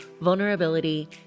vulnerability